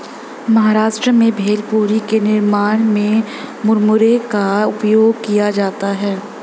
महाराष्ट्र में भेलपुरी के निर्माण में मुरमुरे का उपयोग किया जाता है